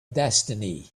destiny